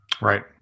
Right